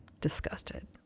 disgusted